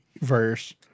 verse